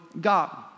God